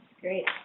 great